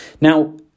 Now